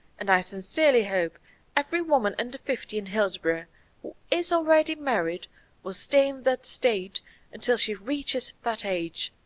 and i sincerely hope every woman under fifty in hillsboro who is already married will stay in that state until she reaches that age.